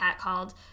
catcalled